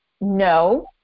No